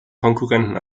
konkurrenten